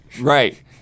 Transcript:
Right